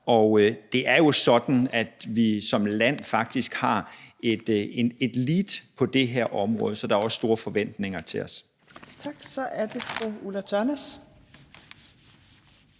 og det er jo sådan, at vi som land faktisk har et lead på det her område. Så der er også store forventninger til os. Kl. 14:47 Fjerde